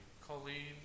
Colleen